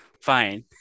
Fine